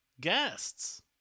guests